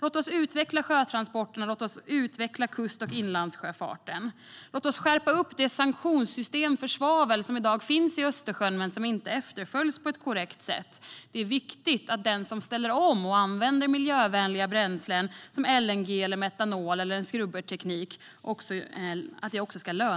Låt oss utveckla sjötransporterna och kust och inlandssjöfarten, låt oss skärpa upp det sanktionssystem för svavel som i dag finns för Östersjön men som inte efterföljs på ett korrekt sätt. Det ska löna sig för den som ställer om och använder miljövänliga bränslen som LNG eller metanol eller en skrubberteknik.